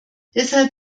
deshalb